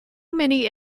many